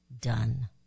done